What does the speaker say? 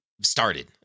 started